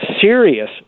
serious